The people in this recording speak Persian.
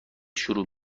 شروع